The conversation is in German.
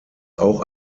auch